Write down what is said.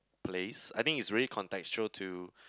place I think is really contextual to